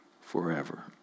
forever